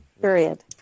period